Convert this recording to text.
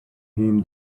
him